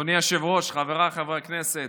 אדוני היושב-ראש, חבריי חברי הכנסת,